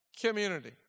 community